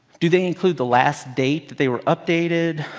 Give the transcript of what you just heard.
do they include the last date that they were updated.